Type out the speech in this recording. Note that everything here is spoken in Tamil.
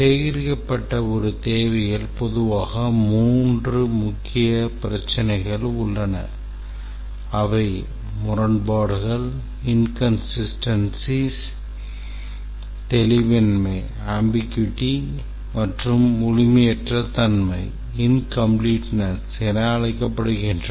சேகரிக்கப்பட்ட ஒரு தேவையில் பொதுவாக மூன்று முக்கிய பிரச்சினைகள் உள்ளன இவை முரண்பாடுகள் என அழைக்கப்படுகின்றன